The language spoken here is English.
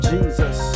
Jesus